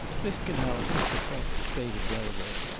this canal cuts across the state of delaware,